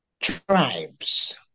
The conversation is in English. tribes